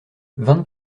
vingt